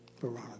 Veronica